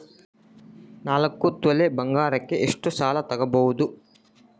ನಾಲ್ಕು ತೊಲಿ ಬಂಗಾರಕ್ಕೆ ಎಷ್ಟು ಸಾಲ ತಗಬೋದು?